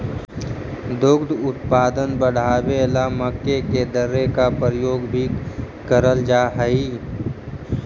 दुग्ध उत्पादन बढ़ावे ला मक्के के दर्रे का प्रयोग भी कराल जा हई